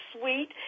sweet